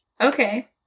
Okay